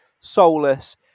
soulless